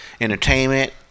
entertainment